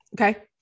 Okay